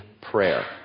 prayer